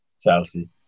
Chelsea